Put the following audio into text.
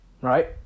Right